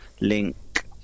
link